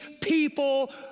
people